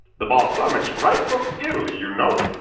the balsamic's right from italy, you know?